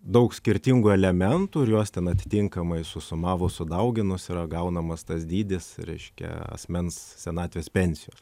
daug skirtingų elementų ir juos ten atitinkamai susumavus sudauginus yra gaunamas tas dydis reiškia asmens senatvės pensijos